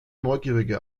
neugierige